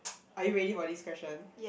are you ready for this question